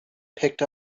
picked